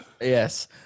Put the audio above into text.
Yes